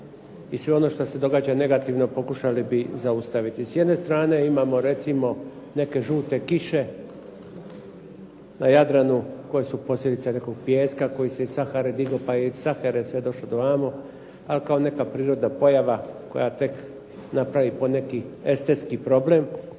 i sve ono što se događa negativno pokušali bi zaustaviti. S jedne strane imamo recimo neke žute kiše na Jadranu koje su posljedice nekog pijeska koji se iz Sahare digao, pa je iz Sahare sve došao do vamo, ali kao neka prirodna pojava koja tek napravi po neki estetski problem